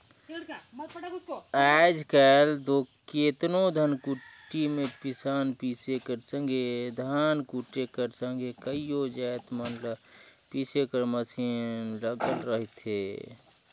आएज काएल दो केतनो धनकुट्टी में पिसान पीसे कर संघे धान कूटे कर संघे कइयो जाएत मन ल पीसे कर मसीन लगल रहथे